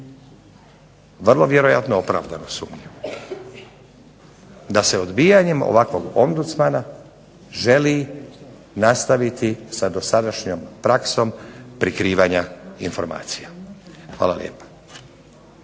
vrlo vjerojatno opravdanu sumnju, da se odbijanje ovakvog ombudsmana želi nastaviti sa dosadašnjom praksom prikrivanja informacija. Hvala lijepa.